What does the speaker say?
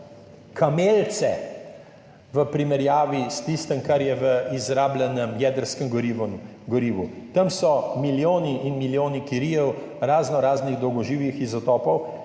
kamilice v primerjavi s tistim, kar je v izrabljenem jedrskemu gorivu. Tam so milijoni in milijoni kirijev, raznoraznih dolgoživih izotopov,